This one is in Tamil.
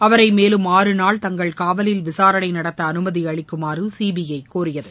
அவரை மேலும் ஆறு நாள் தங்கள் காவலில் விசாரணை நடத்த அனுமதி அளிக்குமாறு சிபிஐ கோரியது